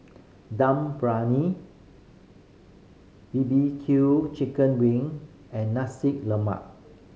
Dum Briyani B B Q chicken wing and Nasi Lemak